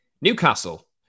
Newcastle